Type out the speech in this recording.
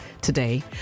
today